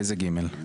באיזה עמוד זה?